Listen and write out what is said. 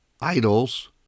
idols